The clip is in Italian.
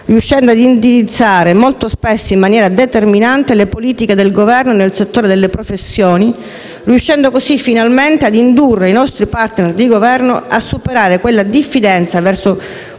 riuscendo ad indirizzare, molto spesso in maniera determinante, le politiche del governo nel settore delle professioni, riuscendo così, finalmente, ad indurre i nostri *partner* di governo a superare quella diffidenza verso questo